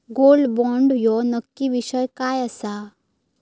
Gold bond ह्यो नक्की विषय काय आसा?